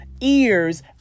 ears